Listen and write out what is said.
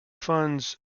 funds